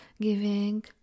giving